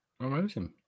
Amazing